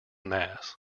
mass